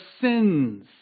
sins